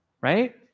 right